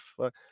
fuck